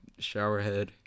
Showerhead